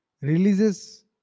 releases